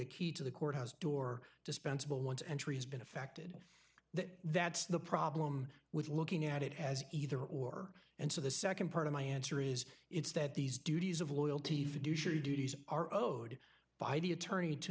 a key to the courthouse door dispensable once entry has been affected that that's the problem with looking at it as either or and so the nd part of my answer is it's that these duties of loyalty fiduciary duties are owed by the attorney to